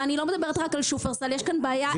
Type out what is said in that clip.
ואני לא מדברת רק על שופרסל, יש כאן בעיה עקרונית.